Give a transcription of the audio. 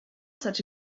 such